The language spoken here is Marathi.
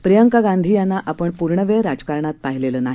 प्रियंका गांधी यांना आपण पूर्णवेळ राजकारणात पाहिलेलं नाही